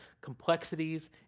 complexities